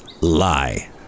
lie